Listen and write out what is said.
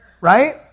right